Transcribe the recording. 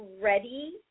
ready